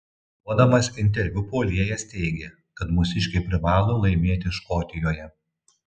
duodamas interviu puolėjas teigė kad mūsiškiai privalo laimėti škotijoje